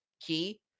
key